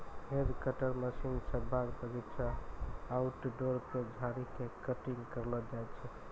hedge cutter machine स बाग बगीचा, आउटडोर के झाड़ी के कटिंग करलो जाय छै